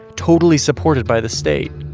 totally supported by the state.